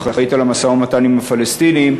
שאחראית על המשא-ומתן עם הפלסטינים,